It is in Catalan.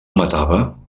matava